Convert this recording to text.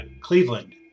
Cleveland